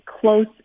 close